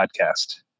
Podcast